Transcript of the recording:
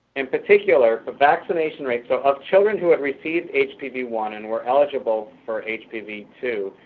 in particular, for vaccination rates so of children who had received h p v one and were eligible for h p v two,